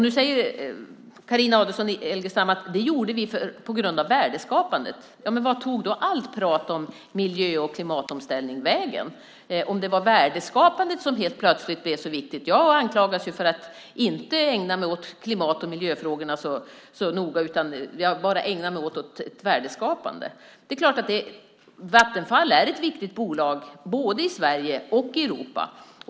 Nu säger Carina Adolfsson Elgestam att det gjorde de på grund av värdeskapandet. Vart tog då allt prat om miljö och klimatomställning vägen, om det var värdeskapandet som helt plötsligt blev så viktigt? Jag anklagas ju för att inte ägna mig åt klimat och miljöfrågorna så noga och bara ägna mig åt ett värdeskapande. Vattenfall är ett viktigt bolag, både i Sverige och i Europa.